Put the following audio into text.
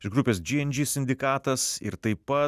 iš grupės džy en džy sindikatas ir taip pa